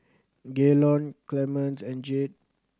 Gaylon Clemence and Jade